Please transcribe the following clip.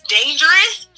dangerous